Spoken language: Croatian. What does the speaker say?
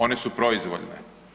One su proizvoljne.